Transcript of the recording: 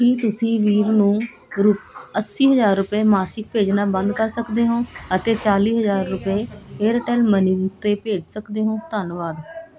ਕੀ ਤੁਸੀਂ ਵੀਰ ਨੂੰ ਰੁ ਅੱਸੀ ਹਜ਼ਾਰ ਰੁਪਏ ਮਾਸਿਕ ਭੇਜਣਾ ਬੰਦ ਕਰ ਸਕਦੇ ਹੋ ਅਤੇ ਚਾਲੀ ਹਜ਼ਾਰ ਰੁਪਏ ਏਅਰਟੈੱਲ ਮਨੀ 'ਤੇ ਭੇਜ ਸਕਦੇ ਹੋ ਧੰਨਵਾਦ